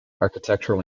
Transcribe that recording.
architectural